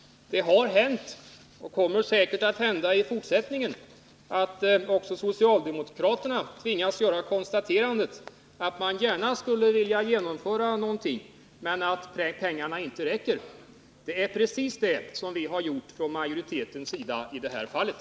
Det har hänt, och kommer säkert också att hända i fortsättningen, att även socialdemokraterna tvingas konstatera att man gärna skulle vilja genomföra någonting men att pengarna inte räcker till. Det är precis det som majoriteten har gjort i det här fallet.